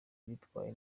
bitwaye